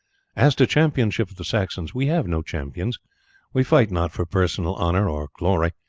as to championship of the saxons, we have no champions we fight not for personal honour or glory,